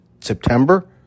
September